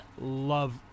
love